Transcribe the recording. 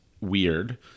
weird